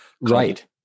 Right